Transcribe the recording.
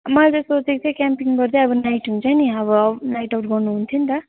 मैले चाहिँ सोचेको थिएँ क्याम्पिङ गर्दा अब नाइट हुन्छ नि अब नाइट आउट गर्न हुन्थ्यो नि त